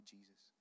Jesus